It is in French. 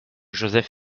joseph